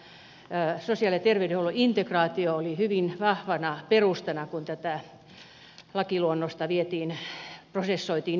eli tämä sosiaali ja terveydenhuollon integraatio oli hyvin vahvana perustana kun tätä lakiluonnosta vietiin prosessoitiin eteenpäin